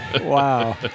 Wow